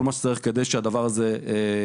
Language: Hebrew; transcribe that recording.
מה שצריך לעשות כדי שהדבר הזה יקרה.